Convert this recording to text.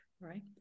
right